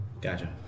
Gotcha